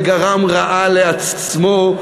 וגרם רעה לעצמו,